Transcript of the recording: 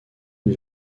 une